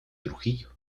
trujillo